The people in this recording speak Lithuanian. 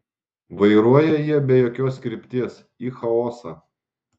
vairuoja jie be jokios krypties į chaosą